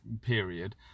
period